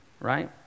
right